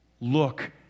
look